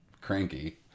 cranky